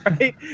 right